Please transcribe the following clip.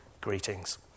Greetings